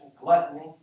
gluttony